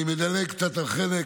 אני מדלג קצת על חלק,